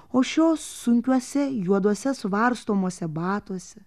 o šios sunkiuose juoduose varstomuose batuose